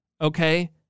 Okay